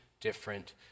different